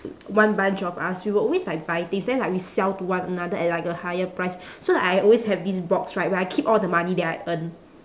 one bunch of us we will always like buy things then like we sell to one another at like a higher price so like I always have this box right where I keep all the money that I earn